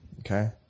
Okay